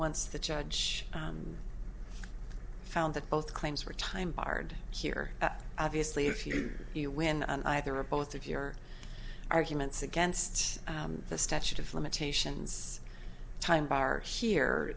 once the judge found that both claims were time barred here obviously if you do you win either or both of your arguments against the statute of limitations time bar here